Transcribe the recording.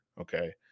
okay